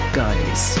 guys